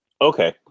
Okay